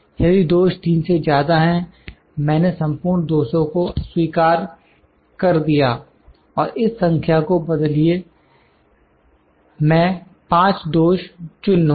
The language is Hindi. यदि दोष 3 से ज्यादा हैं मैंने संपूर्ण 200 को अस्वीकार कर दिया और इस संख्या को बदलिए मैं 5 दोष चुन लूँगा